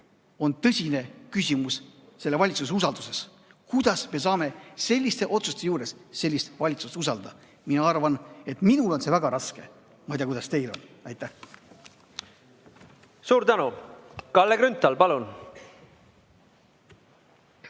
on tõsine küsimus selle valitsuse usalduses. Kuidas me saame selliste otsuste juures sellist valitsust usaldada? Mina arvan, et minul on see väga raske. Ma ei tea, kuidas teil on. Aitäh! Suur tänu! Kalle Grünthal, palun!